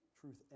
Truth